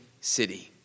city